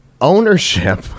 ownership